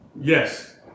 Yes